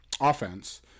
offense